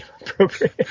appropriate